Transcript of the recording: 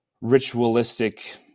ritualistic